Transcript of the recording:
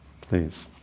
please